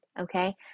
okay